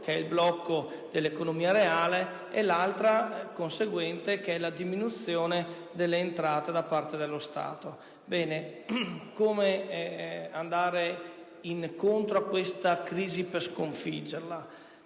il blocco dell'economia reale e la conseguente diminuzione delle entrate dello Stato. Come andare incontro a questa crisi, per sconfiggerla?